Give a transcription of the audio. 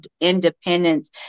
independence